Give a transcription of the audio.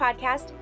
podcast